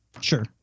sure